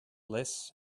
less